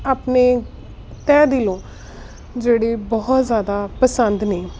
ਆਪਣੇ ਤਹਿ ਦਿਲੋਂ ਜਿਹੜੀ ਬਹੁਤ ਜ਼ਿਆਦਾ ਪਸੰਦ ਨੇ